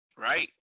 Right